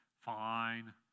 fine